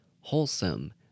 wholesome